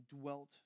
dwelt